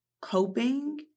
coping